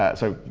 ah so,